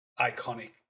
iconic